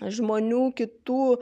žmonių kitų